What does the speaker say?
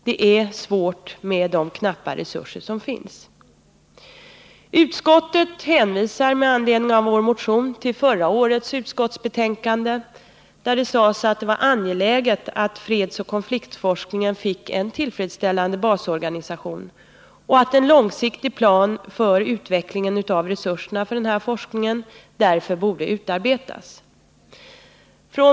Det är svårt med de knappa resurser som finns. Utskottet hänvisar med anledning av vår motion till förra årets utskottsbetänkande, där det sades att det var angeläget att fredsoch konfliktforskningen fick en tillfredsställande basorganisation och att en långsiktig plan för utvecklingen av resurserna för denna forskning därför borde utarbetas.